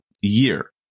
year